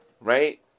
Right